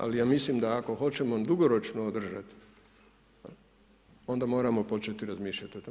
Ali ja mislim da ako hoćemo dugoročno održati, onda moramo početi razmišljati o tome.